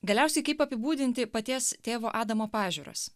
galiausiai kaip apibūdinti paties tėvo adamo pažiūras